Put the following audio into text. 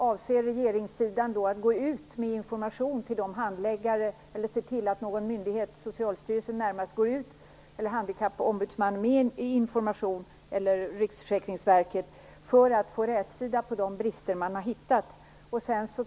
Avser regeringssidan att gå ut med information till Socialstyrelsen, Handikappombudsmannen eller Riksförsäkringsverket för att få rätsida på de brister som man har funnit?